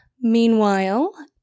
Meanwhile